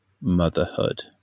motherhood